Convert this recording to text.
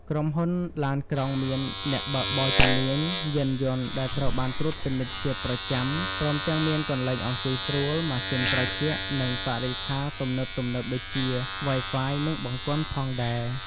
ក្រុមហ៊ុនឡានក្រុងមានអ្នកបើកបរជំនាញ យានយន្តដែលត្រូវបានត្រួតពិនិត្យជាប្រចាំ ព្រមទាំងមានកន្លែងអង្គុយស្រួល ម៉ាស៊ីនត្រជាក់ និងបរិក្ខារទំនើបៗដូចជា Wi-Fi និងបង្គន់ផងដែរ។